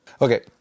okay